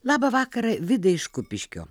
labą vakarą vidai iš kupiškio